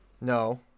No